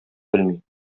белми